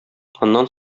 аннан